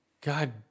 god